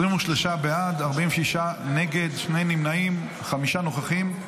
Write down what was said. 23 בעד, 46 נגד, שני נמנעים, חמישה נוכחים.